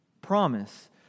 promise